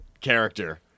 character